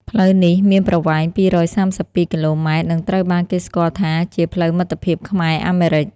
ផ្លូវនេះមានប្រវែង ២៣២ គីឡូម៉ែត្រ និងត្រូវបានគេស្គាល់ថាជា "ផ្លូវមិត្តភាពខ្មែរ-អាមេរិក"។